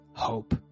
hope